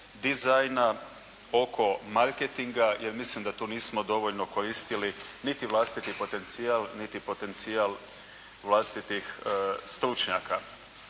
dizajna, oko marketinga jer mislim da tu nismo dovoljno koristili niti vlastiti potencijal, niti potencijal vlastitih stručnjaka.